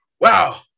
Wow